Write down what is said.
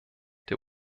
der